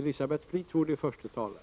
datafrågor.